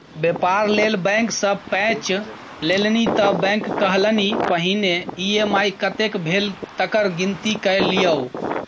बेपार लेल बैंक सँ पैंच लेलनि त बैंक कहलनि पहिने ई.एम.आई कतेक भेल तकर गिनती कए लियौ